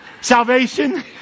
Salvation